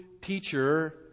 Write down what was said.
teacher